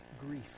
grief